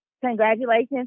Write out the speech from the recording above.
congratulations